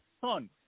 son